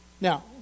Now